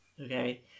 okay